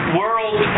world